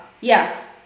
yes